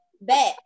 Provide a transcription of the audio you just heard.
bet